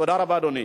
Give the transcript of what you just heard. תודה רבה, אדוני.